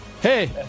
Hey